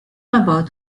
about